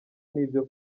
n’ibyo